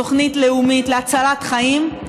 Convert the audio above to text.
תוכנית לאומית להצלת חיים,